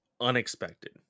unexpected